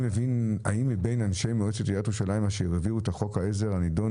האם מבין אנשי מועצת עיריית ירושלים אשר הביאו את חוק העזר הנידון,